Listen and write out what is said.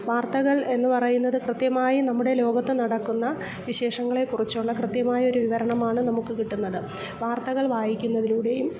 വാർത്തകൾ എന്ന് പറയുന്നത് കൃത്യമായി നമ്മുടെ ലോകത്ത് നടക്കുന്ന വിശേഷങ്ങളെ കുറിച്ചുള്ള കൃത്യമായ ഒരു വിവരണമാണ് നമുക്ക് കിട്ടുന്നത് വാർത്തകൾ വായിക്കുന്നതിലൂടെയും